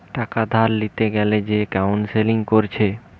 টাকা ধার লিতে গ্যালে যে কাউন্সেলিং কোরছে